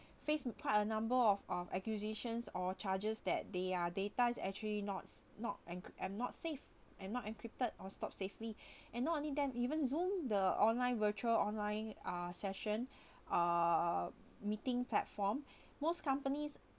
face quite a number of uh acquisitions or charges that their data is actually not s~ not and um not safe and not encrypted or stored safely and not only that even zoom the online virtual online ah session (uh)meeting platform most companies